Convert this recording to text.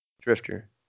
Drifter